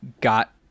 got